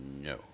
No